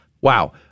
Wow